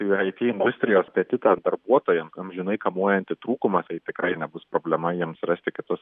į ai ty industrijos apetitą darbuotojams amžinai kamuojantį trūkumą tai tikrai nebus problema jiems rasti kitus